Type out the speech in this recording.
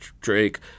Drake